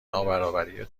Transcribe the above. نابرابری